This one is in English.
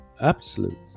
absolute